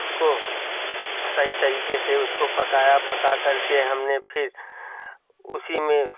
उसको सही तरीके से उसको पकाया पका कर के हमने फिर उसी में